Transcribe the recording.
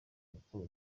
gukora